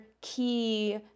key